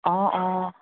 অ অ